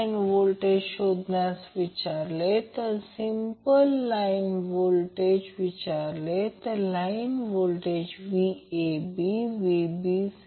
तर जर त्याचप्रमाणे Van 10° मिळाले आणि त्या रेफरन्सने जर 110° मध्ये Vcn काढला कारण त्याचप्रमाणे Vbn 230° आहे